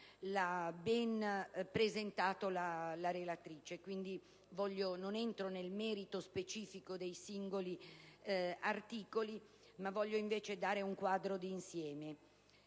ha ben ricordato la relatrice: non entro quindi nel merito specifico dei singoli articoli, ma voglio invece dare un quadro di insieme.